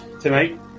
tonight